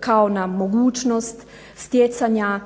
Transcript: kao na mogućnost stjecanja